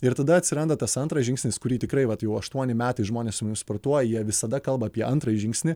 ir tada atsiranda tas antras žingsnis kurį tikrai vat jau aštuoni metai žmonės su mumis sportuoja jie visada kalba apie antrąjį žingsnį